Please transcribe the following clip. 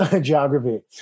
Geography